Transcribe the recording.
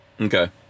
Okay